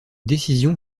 décision